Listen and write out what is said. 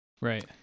Right